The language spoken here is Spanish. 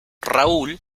raúl